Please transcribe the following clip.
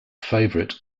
favorite